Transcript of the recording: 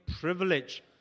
privilege